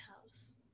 house